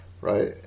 right